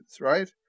right